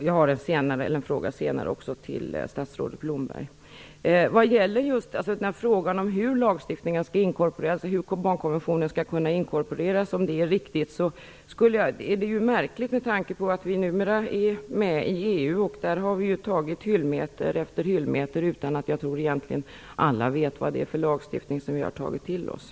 Jag skall senare diskutera en fråga också med statsrådet Leif Blomberg. Frågan om hur barnkonventionen skall inkorporeras i lagstiftningen är märklig med tanke på att vi numera är med i EU. Där har vi ju antagit hyllmeter efter hyllmeter med lagstiftning utan att jag tror att alla egentligen vet vad denna lagstiftning innebär.